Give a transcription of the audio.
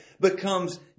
becomes